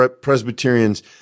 Presbyterians